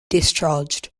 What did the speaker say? discharged